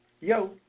Yo